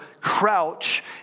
crouch